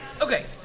Okay